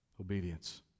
Obedience